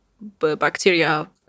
bacteria